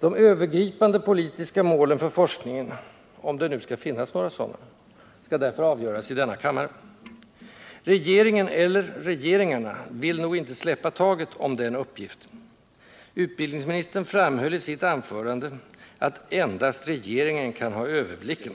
”De övergripande politiska målen för forskningen” —-om det nu skall finnas några sådana — skall därför avgöras i denna kammare. Regeringen —- eller regeringarna — vill nog inte släppa taget om den uppgiften. Utbildningsministern framhöll i sitt anförande att endast regeringen kan ha överblicken.